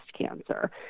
cancer